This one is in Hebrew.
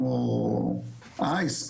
כמו אייס,